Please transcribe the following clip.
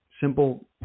Simple